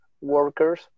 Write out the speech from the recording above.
workers